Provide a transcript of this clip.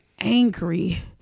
angry